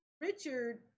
Richard